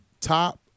top